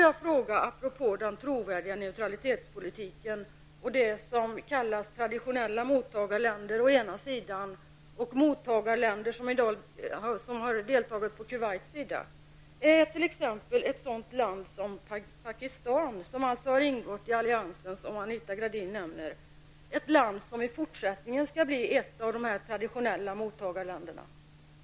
Jag har apropå den trovärdiga neutralitetspolitiken och det som kallas traditionella mottagarländer och mottagarländer som har deltagit på Kuwaits sida frågat om t.ex. ett land som Pakistan, som har ingått i alliansen, som Anita Gradin nämner, är ett land som i fortsättningen skall bli ett av de traditionella mottagarländerna.